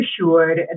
assured